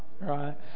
right